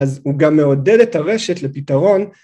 אז הוא גם מעודד את הרשת לפתרון.